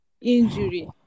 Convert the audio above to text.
injury